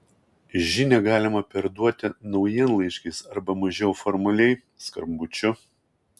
žinią galimą perduoti naujienlaiškiais arba mažiau formaliai skambučiu